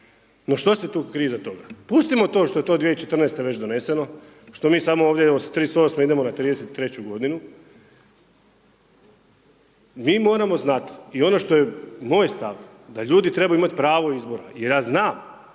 no što s krije tu iza toga? Pustimo to što je to 2014. već doneseno, što nije samo ovdje 2038. idemo na 2033. g., mi moramo znati i ono što je moj stav, da ljudi trebaju imati pravo izbora jer ja znam